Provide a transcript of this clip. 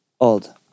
old